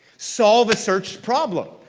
solve a searched problem.